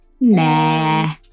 Nah